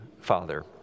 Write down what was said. Father